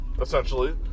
essentially